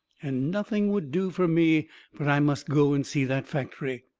and nothing would do fur me but i must go and see that factory.